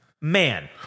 man